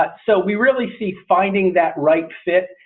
but so we really see finding that right fit.